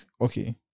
okay